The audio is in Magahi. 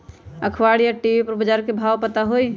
अखबार या टी.वी पर बजार के भाव पता होई?